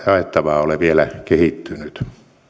jaettavaa ole vielä kehittynyt